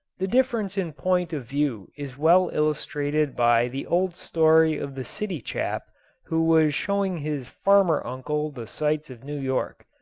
the difference in point of view is well illustrated by the old story of the city chap who was showing his farmer uncle the sights of new york.